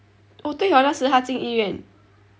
oh 对 hor 那时她进医院